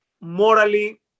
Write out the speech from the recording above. morally